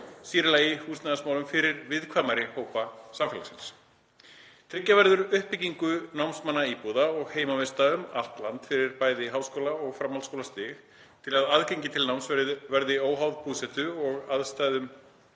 í lagi húsnæðismálum fyrir viðkvæmari hópa samfélagsins. Tryggja verður uppbyggingu námsmannaíbúða og heimavista um allt land fyrir bæði háskóla- og framhaldsskólastig til að aðgengi til náms verði óháð búsetu og aðstæðum